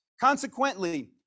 Consequently